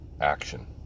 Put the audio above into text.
action